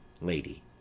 Lady